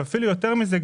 ואפילו יותר מזה,